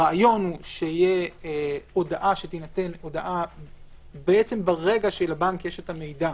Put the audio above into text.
הרעיון הוא שתינתן הודעה ברגע שלבנק יש את המידע,